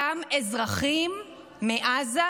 גם אזרחים מעזה,